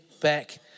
back